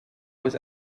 was